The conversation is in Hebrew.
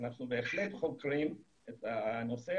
אנחנו בהחלט חוקרים את הנושא,